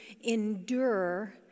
endure